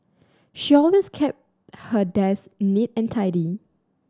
she always keeps her desk neat and tidy